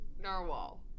Narwhal